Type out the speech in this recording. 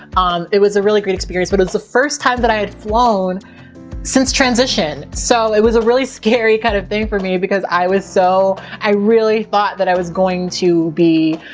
um it was a really great experience but it was the first time that i had flown since transition. so it was a really scary kinda kind of thing for me because i was so, i really thought that i was going to be.